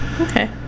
okay